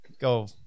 go